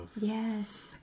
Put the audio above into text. Yes